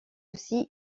aussi